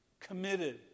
committed